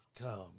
come